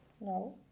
No